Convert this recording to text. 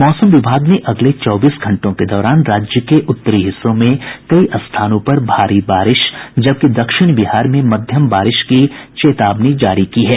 मौसम विभाग ने अगले चौबीस घंटों के दौरान राज्य के उत्तरी हिस्सों में कई स्थानों पर भारी बारिश जबकि दक्षिण बिहार में मध्यम बारिश की चेतावनी जारी है